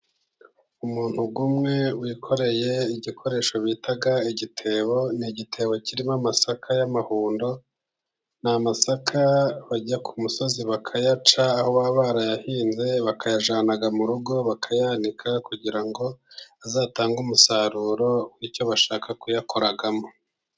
Umuntu umwe wikoreye igikoresho bita igitebo. Igitebo kirimo amasaka y'amahundo ni amasaka bajya ku musozi bakayaca aho barayahinze, bakayajyana mu rugo bakayanika kugira ngo azatange umusaruro wicyo bashaka kuyakoramo.